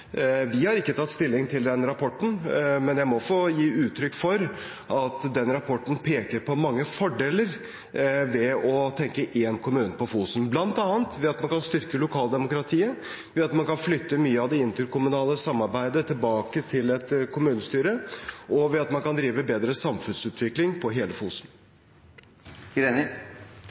Vi har ikke tatt stilling til den rapporten, men jeg må få gi uttrykk for at rapporten peker på mange fordeler ved å tenke én kommune på Fosen, bl.a. ved at man kan styrke lokaldemokratiet, ved at man kan flytte mye av det interkommunale samarbeidet tilbake til et kommunestyre, og ved at man kan drive bedre samfunnsutvikling på hele Fosen.